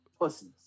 pussies